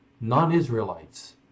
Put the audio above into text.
non-Israelites